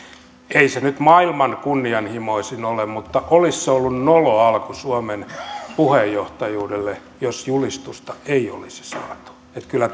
ei se nyt maailman kunnianhimoisin ole mutta olisi se ollut nolo alku suomen puheenjohtajuudelle jos julistusta ei olisi saatu että kyllä